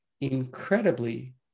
incredibly